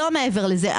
לא מעבר לזה.